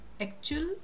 actual